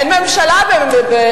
אין ממשלה.